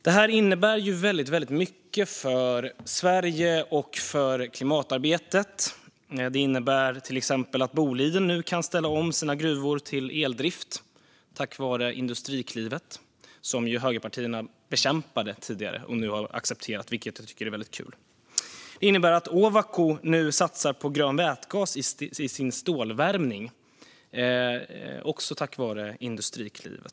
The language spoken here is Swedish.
Det här innebär väldigt mycket för Sverige och för klimatarbetet. Det innebär till exempel att Boliden nu kan ställa om sina gruvor till eldrift tack vare Industriklivet, som högerpartierna bekämpade tidigare men som de nu har accepterat, vilket jag tycker är väldigt kul. Det innebär att Ovako nu satsar på grön vätgas i sin stålvärmning, också tack vare Industriklivet.